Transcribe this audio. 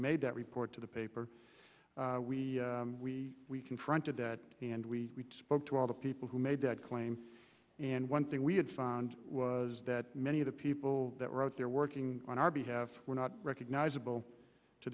made that report to the paper we we we confronted that and we spoke to all the people who made that claim and one thing we had found was that many of the people that were out there working on our behalf were not recognizable to